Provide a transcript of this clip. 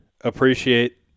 appreciate